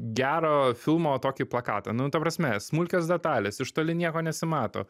gero filmo tokį plakatą nu ta prasme smulkios detalės iš toli nieko nesimato